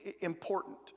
important